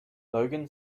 logan